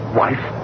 wife